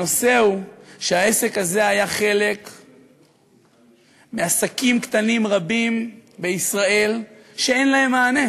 הנושא הוא שהעסק הזה היה חלק מעסקים קטנים רבים בישראל שאין להם מענה.